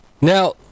Now